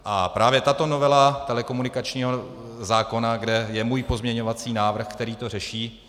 A právě tato novela telekomunikačního zákona, kde je můj pozměňovací návrh, který to řeší.